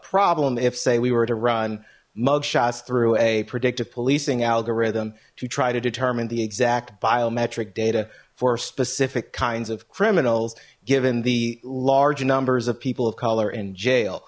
problem if say we were to run mugshots through a predictive policing algorithm to try to determine the exact biometric data for specific kinds of criminals given the large numbers of people of color in jail